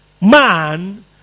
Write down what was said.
man